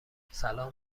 سلام